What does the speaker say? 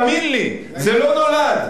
תאמין לי, זה לא נולד.